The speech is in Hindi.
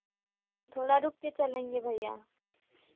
थोड़ा रुक कर चलेंगे भैया